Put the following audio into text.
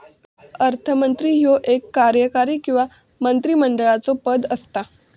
अर्थमंत्री ह्यो एक कार्यकारी किंवा मंत्रिमंडळाचो पद असता